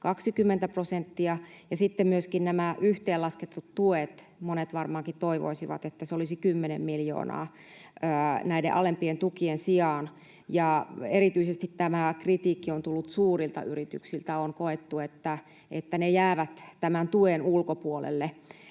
20 prosenttia. Ja sitten myöskin nämä yhteenlasketut tuet: monet varmaankin toivoisivat, että se olisi kymmenen miljoonaa näiden alempien tukien sijaan, ja erityisesti tämä kritiikki on tullut suurilta yrityksiltä. On koettu, että ne jäävät tämän tuen ulkopuolelle.